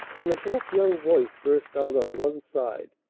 then a gruff young voice burst out on one side,